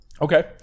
Okay